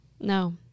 No